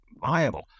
viable